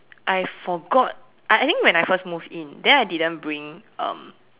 I forgot I think when I first moved in then I didn't bring um